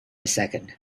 second